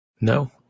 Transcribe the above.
No